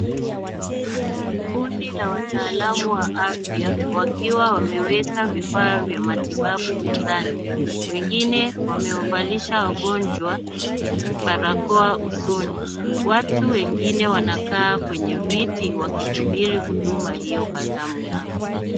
Kundi la wataalamu wa afya wakiwa wameweka vifaa vya matibabu mezani. Wengine wamewavalisha wagonjwa barakoa usoni. Watu wengine wanakaa kwenye viti wakisubiri huduma hiyo kwa zamu yao.